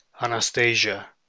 Anastasia